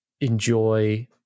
enjoy